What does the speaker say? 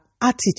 Attitude